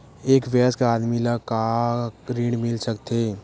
एक वयस्क आदमी ला का ऋण मिल सकथे?